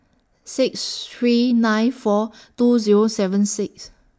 six three nine four two Zero seven six